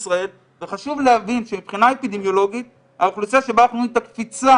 חשוב להבין שמבחינה אפידמיולוגית האוכלוסייה שבה אנחנו רואים את הקפיצה